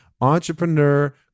entrepreneur